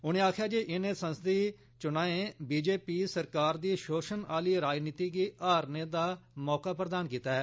उनें आक्खेआ जे इनें संसदी चुनाएं बीजेपी सरकार दी शोषण आली राजनीति गी हराने दा मौका प्रदान कीता ऐ